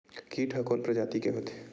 कीट ह कोन प्रजाति के होथे?